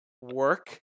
work